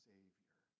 Savior